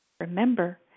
Remember